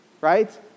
Right